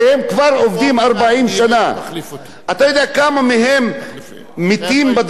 אתה יודע כמה מהם מתים בדרכים וכמה מהם מתים בתאונות עבודה?